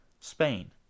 Spain